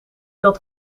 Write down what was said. dat